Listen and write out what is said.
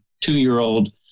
two-year-old